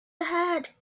ahead